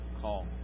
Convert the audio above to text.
call